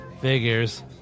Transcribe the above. figures